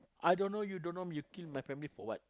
I don't know you don't know you kill my family for what